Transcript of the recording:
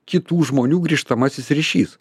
kitų žmonių grįžtamasis ryšys